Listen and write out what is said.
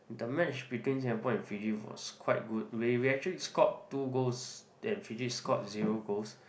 the match between Singapore and Fiji was quite good we we actually scored two goals and Fiji scored zero goals